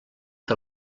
que